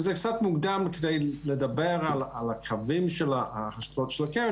זה קצת מוקדם לדבר על הקווים של השקעות הקרן,